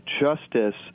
Justice